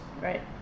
Right